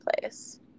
place